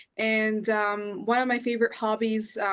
and um one of my favourite hobbies